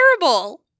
terrible